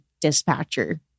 dispatcher